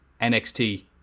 NXT